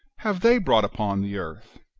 have they brought upon the earth?